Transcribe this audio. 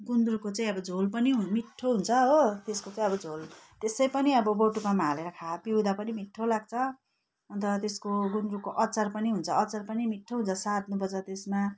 गुन्द्रुकको चाहिँ अब झोल पनि मिट्ठो हुन्छ हो त्यसको चाहिँ अब झोल त्यसै पनि अब बोटुकोमा हालेर खा पिउँदा पनि मिट्ठो लाग्छ अन्त त्यसको गुन्द्रुकको अचार पनि हुन्छ अचार पनि मिट्ठो हुन्छ साँद्नुपर्छ त्यसमा